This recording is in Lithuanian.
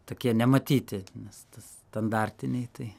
tokie nematyti nes standartiniai tai